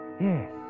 Yes